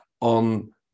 on